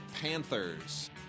panthers